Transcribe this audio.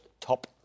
top